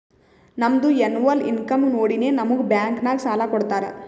ನಮ್ದು annual income ನೋಡಿನೇ ನಮುಗ್ ಬ್ಯಾಂಕ್ ನಾಗ್ ಸಾಲ ಕೊಡ್ತಾರ